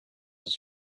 its